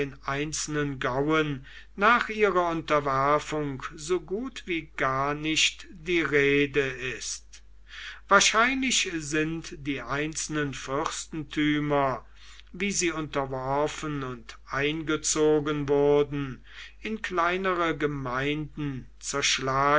einzelnen gauen nach ihrer unterwerfung so gut wie gar nicht die rede ist wahrscheinlich sind die einzelnen fürstentümer wie sie unterworfen und eingezogen wurden in kleinere gemeinden zerschlagen